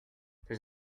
there